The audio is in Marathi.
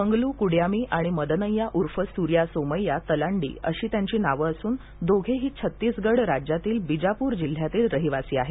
मंगलू कुडयामी आणि मदनय्या उर्फ सुर्या सोमय्या तलांडी अशी त्यांची नावे असून दोघेही छत्तीसगड राज्यातील बिजापूर जिल्ह्यातील रहिवासी आहेत